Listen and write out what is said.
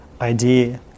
idea